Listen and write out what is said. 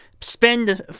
spend